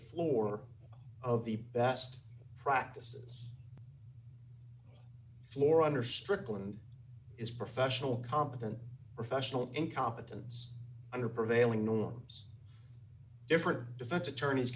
floor of the best practices floor under strickland is professional competent professional incompetence under prevailing norms different defense attorneys